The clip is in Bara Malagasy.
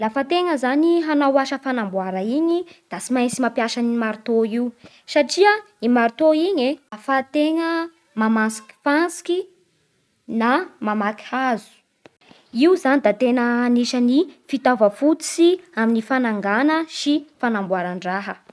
Lafa tegna zany hanao asa fanamboara igny da tsy maintsy mampiasa ny maritô io, satria i maritô iny e ahafahantegna mamantsiky fantsiky na mamaky hazo, io zany da tena anisagny fitaova fototsy amin'ny fanagana sy fanambora-draha